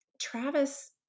Travis